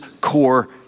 core